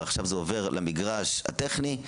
ועכשיו זה עובר למגרש הטכני,